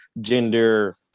gender